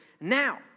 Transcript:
now